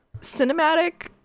cinematic